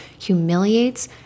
humiliates